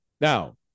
Now